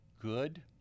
Good